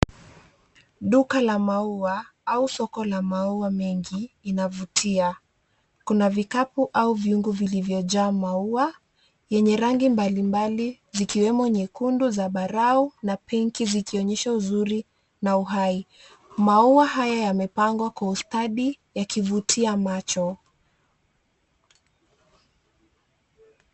Duka la maua au soko la maua mengi inavutia, kuna vikapu au vyungu vilivyojaa maua, yenye rangi mbalimbali zikiwemo nyekundu, zambarau na pinki zikionyesha uzuri na uhai. Maua haya yamepangwa kwa ustadi yakivutia macho.